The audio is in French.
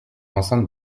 enceinte